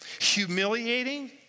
humiliating